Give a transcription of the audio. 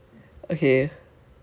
okay